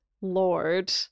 Lord